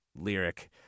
lyric